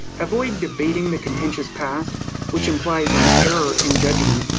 avoid debating the contentious past which implies an error in judgement.